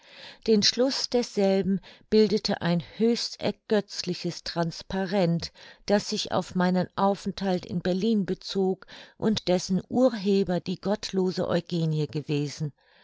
den schluß desselben bildete ein höchst ergötzliches transparent das sich auf meinen aufenthalt in berlin bezog und dessen urheber die gottlose eugenie gewesen